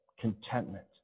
contentment